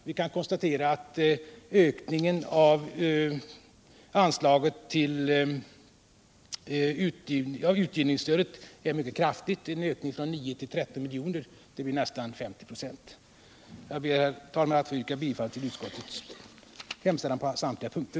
Det kan konstateras att utgivningsstödet har höjts mycket kraftigt, från 9 till 13 milj.kr. vilket blir nästan 15 ",. Herr talman! Jag ber än en gång att få yrka bifall till utskottets hemstätlan på samtliga punkter.